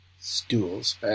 Stools